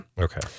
Okay